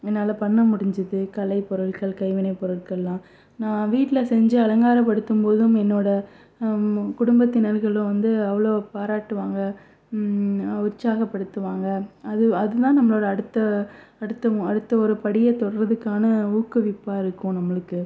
என்னால் பண்ண முடிச்சுது கலை பொருள்கள் கைவினை பொருள்களெலாம் நான் வீட்டில் செஞ்சு அலங்காரபடுத்தும் போதும் என்னோடய குடும்பத்தினர்கள் வந்து அவ்வளோ பாராட்டுவாங்க உற்சாக படுத்துவாங்க அது அதுதான் நம்மளோடய அடுத்த அடுத்த அடுத்த ஒரு படிய தொடுறத்துக்காண ஊக்குவிப்பாக இருக்கும் நம்மளுக்கு